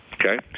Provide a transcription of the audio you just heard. okay